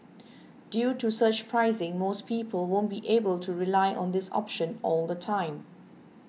due to surge pricing most people won't be able to rely on this option all the time